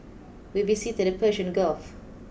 we visited the Persian Gulf